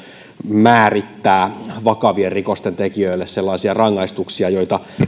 määrittää vakavien rikosten tekijöille sellaisia rangaistuksia joita